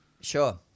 Sure